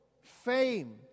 fame